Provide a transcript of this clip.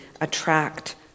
attract